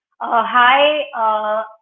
Hi